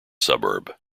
suburb